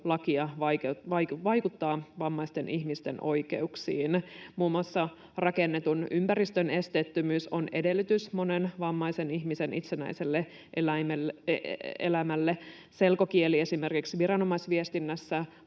lakeja vaikuttaa vammaisten ihmisten oikeuksiin. Muun muassa rakennetun ympäristön esteettömyys on edellytys monen vammaisen ihmisen itsenäiselle elämälle. Selkokieli esimerkiksi viranomaisviestinnässä